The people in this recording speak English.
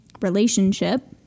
relationship